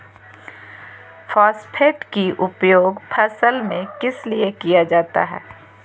Phosphate की उपयोग फसल में किस लिए किया जाता है?